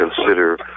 consider